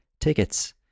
tickets